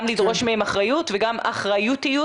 גם לדרוש מהן אחריות וגם אחריותיות.